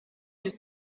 ari